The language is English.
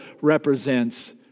represents